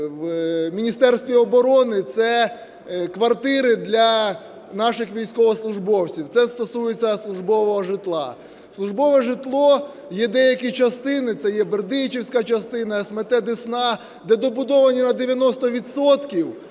Міністерстві оборони. Це квартири для наших військовослужбовців, це стосується службового житла. Службове житло, є деякі частини – це є бердичівська частина, смт Десна, де добудовані на 90